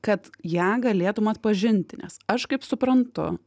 kad ją galėtum atpažinti nes aš kaip suprantu